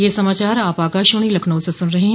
ब्रे क यह समाचार आप आकाशवाणी लखनऊ से सुन रहे हैं